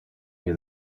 near